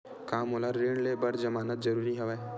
का मोला ऋण ले बर जमानत जरूरी हवय?